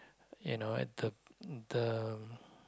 you know at the the